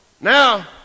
Now